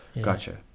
Gotcha